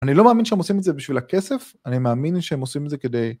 אני לא מאמין שהם עושים את זה בשביל הכסף, אני מאמין שהם עושים את זה כדי...